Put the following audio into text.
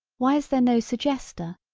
why is there no suggester,